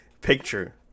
picture